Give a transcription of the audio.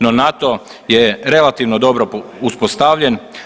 No, NATO je relativno dobro uspostavljen.